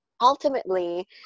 ultimately